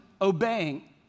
obeying